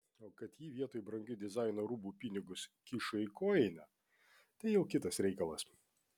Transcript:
o kad ji vietoj brangių dizaino rūbų pinigus kišo į kojinę tai jau kitas reikalas